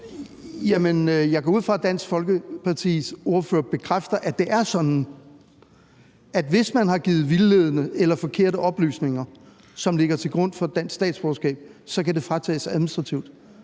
jeg går ud fra, at Dansk Folkepartis ordfører bekræfter, at det er sådan, at hvis man har givet vildledende eller forkerte oplysninger, som ligger til grund for et dansk statsborgerskab, kan det fratages administrativt.